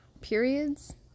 periods